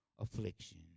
Affliction